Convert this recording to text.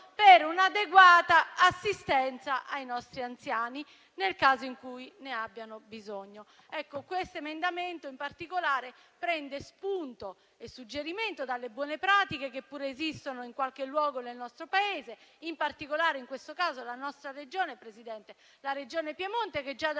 per un'adeguata assistenza ai nostri anziani nel caso in cui ne abbiano bisogno. L'emendamento 5.1, in particolare, prende spunto e suggerimento dalle buone pratiche, che pure esistono in qualche luogo nel nostro Paese: penso specificamente alla nostra Regione, signor Presidente, al Piemonte, che già dal